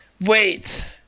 wait